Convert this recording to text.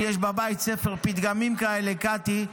יש לי בבית ספר פתגמים כאלה, קטי.